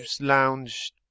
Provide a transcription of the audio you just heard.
lounge